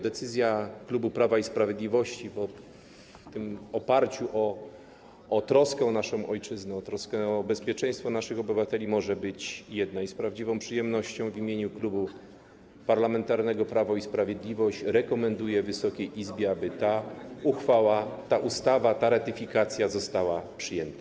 Decyzja klubu Prawa i Sprawiedliwości w trosce o naszą ojczyznę, w trosce o bezpieczeństwo naszych obywateli może być jedna i z prawdziwą przyjemnością w imieniu Klubu Parlamentarnego Prawo i Sprawiedliwość rekomenduję Wysokiej Izbie, aby ta uchwała, ta ustawa, ta ratyfikacja została przyjęta.